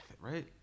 Right